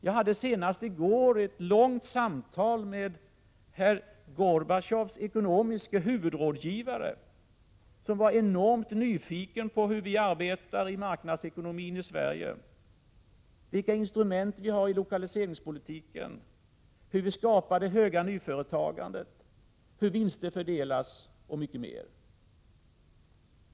Jag hade senast i går ett långt samtal med Gorbatjovs ekonomiske huvudrådgivare, som var enormt nyfiken på hur vi arbetar i marknadsekonomin i Sverige, vilka instrument vi har i lokaliseringspolitiken, hur vi skapar det omfattande nyföretagandet, hur vinster fördelas och mycket mer.